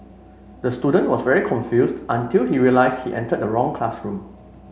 the student was very confused until he realised he entered the wrong classroom